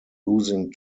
losing